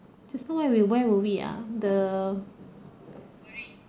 just now where were where were we ah the